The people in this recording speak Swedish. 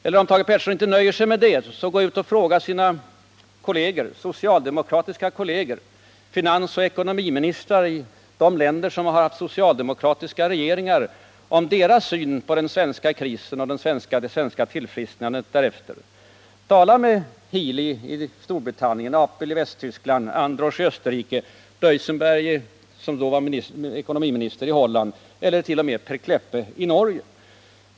Eller, om Thage Peterson inte nöjer sig med det, så kan han gå ut och fråga sina socialdemokratiska kolleger, de finansoch ekonomiministrar i de länder som har haft socialdemokratiska regeringar, om deras syn på den svenska krisen och det svenska tillfrisknandet därefter. Tala med Healey i Storbritannien, med Apel i Västtyskland, med Androsch i Österrike, med Duzenberg, som då var ekonomiminister i Holland, eller t.o.m. med Per Kleppe i Norge.